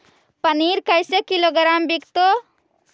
पनिर कैसे किलोग्राम विकतै?